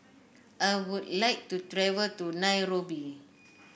I would like to travel to Nairobi